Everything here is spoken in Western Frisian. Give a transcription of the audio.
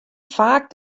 faak